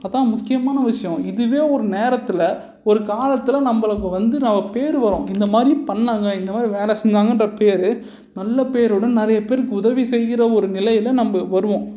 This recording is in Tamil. அதான் முக்கியமான விஷயம் இதுவே ஒரு நேரத்தில் ஒரு காலத்தில் நம்மள வந்து நம்ம பேர் வரும் இந்த மாதிரி பண்ணாங்க இந்த மாதிரி வேலை செஞ்சாங்கன்ற பேர் நல்ல பேருடன் நிறைய பேருக்கு உதவி செய்கிற ஒரு நிலையில நம்ம வருவோம்